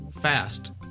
fast